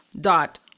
dot